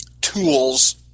tools